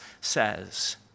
says